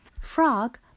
Frog